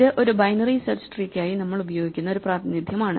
ഇത് ഒരു binary search ട്രീയ്ക്കായി നമ്മൾ ഉപയോഗിക്കുന്ന ഒരു പ്രാതിനിധ്യമാണ്